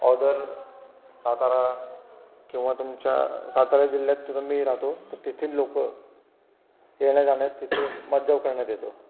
other Satara किंवा तुमच्या सातारा जिल्ह्यात मी राहतो तर तेथील लोकं येण्याजाण्यास तिथे मज्जाव करण्यात येतो